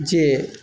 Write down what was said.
जे